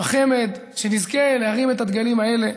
בחמ"ד שנזכה להרים את הדגלים האלה.